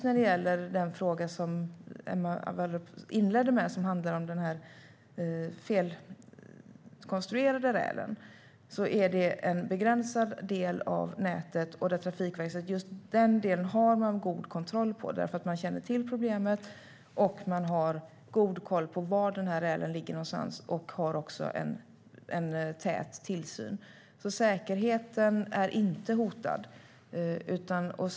När det gäller den fråga Emma Wallrup inledde med och som handlar om den felkonstruerade rälen berör det en begränsad del av nätet. Trafikverket har sagt att man har god kontroll över just den delen, för man känner till problemet och har god koll på var den här rälen ligger. Man har också tät tillsyn. Säkerheten är alltså inte hotad.